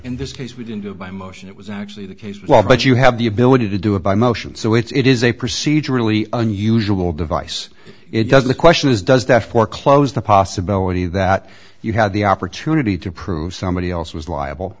in this case we didn't go by motion it was actually the case well but you have the ability to do it by motion so it's it is a procedurally unusual device it does the question is does that foreclose the possibility that you had the opportunity to prove somebody else was liable